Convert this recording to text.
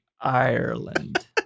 Ireland